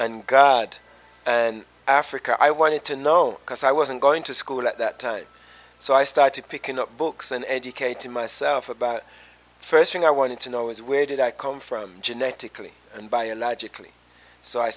and god and africa i wanted to know because i wasn't going to school at that time so i started picking up books and educating myself about the st thing i wanted to know is where did i come from genetically and biologically so i